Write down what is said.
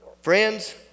Friends